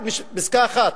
רק פסקה אחת,